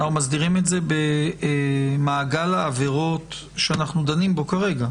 אנחנו מסדירים את זה במעגל העבירות שאנחנו דנים בו כרגע.